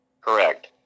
Correct